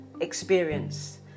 experience